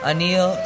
Anil